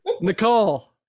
Nicole